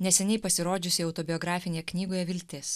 neseniai pasirodžiusioj autobiografinėj knygoje viltis